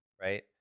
right